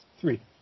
three